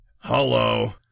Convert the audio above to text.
Hello